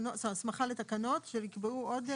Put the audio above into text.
הסמכה לתקנות שיקבעו או תשלומים?